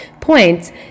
points